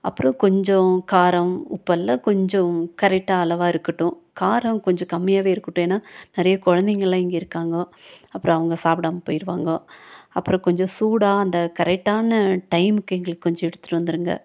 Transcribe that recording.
அப்புறம் கொஞ்சம் காரம் உப்பெல்லாம் கொஞ்சம் கரெக்டாக அளவாக இருக்கட்டும் காரம் கொஞ்சம் கம்மியாகவே இருக்கட்டும் ஏன்னா நிறையா குழந்தைங்கலாம் இங்கே இருக்காங்க அப்புறம் அவங்க சாப்பிடாம போயிருவாங்க அப்புறம் கொஞ்சம் சூடாக அந்த கரெக்டான டைமுக்கு எங்களுக்கு கொஞ்சம் எடுத்துகிட்டு வந்துடுங்க